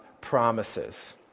promises